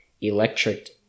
electric